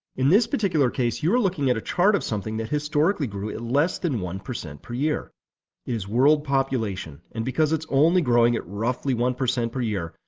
in this particular case, you are looking at a chart of something that historically grew at less than one percent per year. it is world population. and because it's only growing at roughly one percent per year,